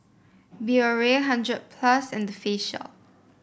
Biore hundred plus and The Face Shop